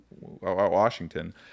washington